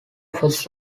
first